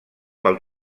pel